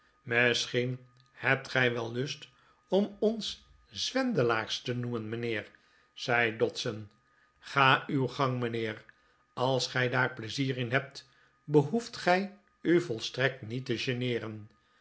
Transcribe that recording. misschien hebt gij wel lust om ons zwendelaars te noemen mijnheer zei dodson ga uw gang mijnheer als gij daar pleizier in hebt behoeft gij u volstrekt niet te geneeren